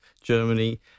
Germany